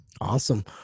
Awesome